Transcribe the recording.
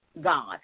God